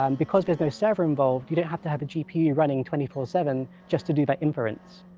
um because there's no server involved, you don't have to have a gpu running twenty four seven just to do that inference.